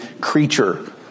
creature